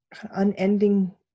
unending